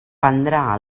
prendrà